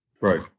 right